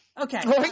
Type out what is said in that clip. Okay